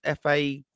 FA